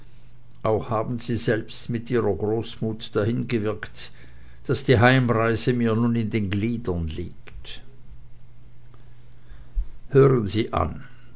auch haben sie selbst mit ihrer großmut dahin gewirkt daß die heimreise mir nun in den gliedern liegt hören sie an